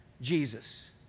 jesus